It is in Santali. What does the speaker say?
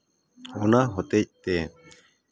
ᱚᱱᱟ ᱦᱚᱛᱮᱜ ᱛᱮ